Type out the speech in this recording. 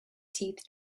teeth